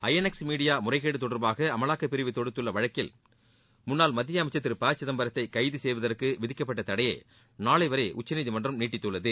INX media முறைகேடு தொடர்பாக அமவாக்கப்பிரிவு தொடுத்துள்ள வழக்கில் முன்னாள் மத்திய அமைச்சர் திரு ப சிதம்பரத்தை கைது செய்வதற்கு விதிக்கப்பட்ட தடையை நாளை வரை உச்சநீதிமன்றம் நீட்டித்துள்ளது